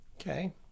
Okay